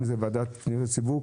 אם זה הוועדה לפניות הציבור,